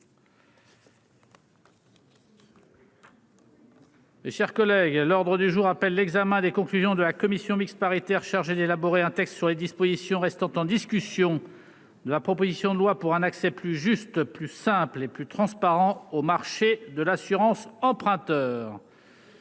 Mes chers collègues, l'ordre du jour appelle l'examen des conclusions de la commission mixte paritaire chargée d'élaborer un texte sur les dispositions restant en discussion de la proposition de loi pour un accès plus juste, plus simple et plus transparent au marché de l'assurance emprunteur.